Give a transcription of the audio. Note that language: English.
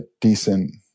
decent